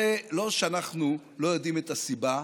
זה לא שאנחנו לא יודעים את הסיבה,